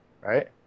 right